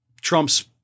Trump's